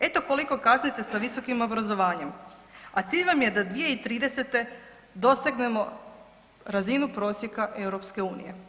Eto koliko kasnite sa visokim obrazovanjem, a cilj vam je da 2030. dosegnemo razinu prosjeka EU.